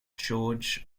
george